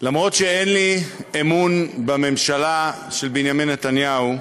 אף שאין לי אמון בממשלה של בנימין נתניהו,